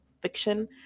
fiction